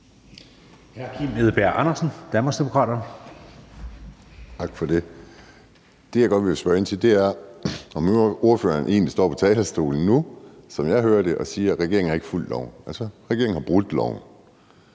17:03 Kim Edberg Andersen (DD): Tak for det. Det, jeg godt vil spørge ind til, er, om ordføreren egentlig står på talerstolen nu, som jeg hører det, og siger, at regeringen ikke har fulgt loven, altså at regeringen har brudt loven.